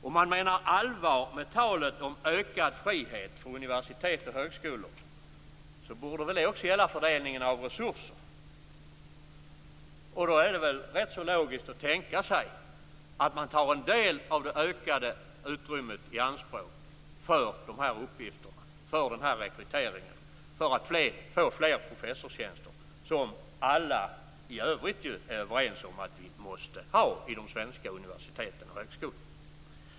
Om man menar allvar med talet om ökad frihet för universitet och högskolor borde det också gälla fördelningen av resurser. Då är det rätt så logiskt att tänka sig att man tar en del av det ökade utrymmet i anspråk för dessa uppgifter och rekryteringar för att få fler professorstjänster, vilket alla i övrigt är överens om att vi måste ha vid de svenska universiteten och högskolorna.